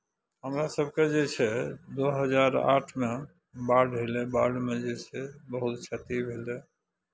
हमरा सभके जे छै दू हजार आठमे बाढ़ि अयलै बाढ़िमे जे छै बहुत क्षति भेलै